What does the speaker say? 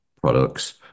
products